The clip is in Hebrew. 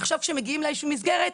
עכשיו כשמגיעים לאיזה שהיא מסגרת,